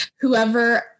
whoever